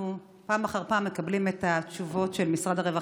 פעם אחר פעם אנחנו מקבלים את התשובות של משרד הרווחה,